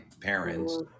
parents